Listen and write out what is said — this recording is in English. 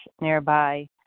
nearby